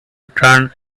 turn